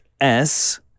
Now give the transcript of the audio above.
S-